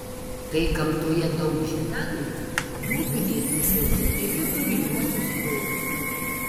kai gamtoje daug žiedadulkių jų bitės pripildo ir viduriniuosius korus